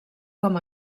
com